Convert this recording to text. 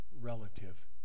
relative